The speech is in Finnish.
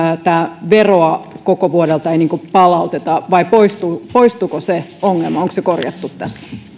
tätä veroa koko vuodelta ei palauteta vai poistuiko se ongelma onko se korjattu tässä